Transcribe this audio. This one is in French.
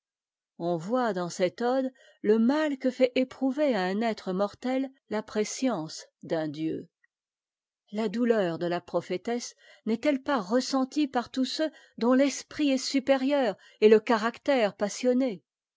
qn voit dans cette ode le mal que fait éprouver à un être mortet a prescience d'un dieu la douleur de la prdphétessé nest ette pas ressentie par tous ceux dont l'esprit est supérieur et le caractère passionné